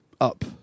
up